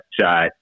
shot